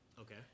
Okay